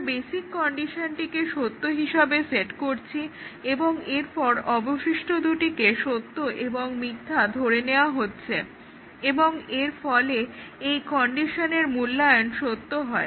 আমরা বেসিক কন্ডিশনটিকে সত্য হিসাবে সেট করেছি এবং এরপর অবশিষ্ট দুটিকে সত্য এবং মিথ্যা ধরে নেওয়া হয়েছে এবং এর ফলে এই কন্ডিশনের মূল্যায়ন সত্য হয়